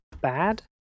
bad